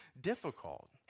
difficult